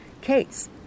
case